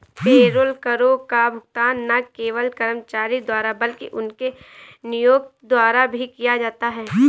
payroll करों का भुगतान न केवल कर्मचारी द्वारा बल्कि उनके नियोक्ता द्वारा भी किया जाता है